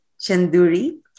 Chanduri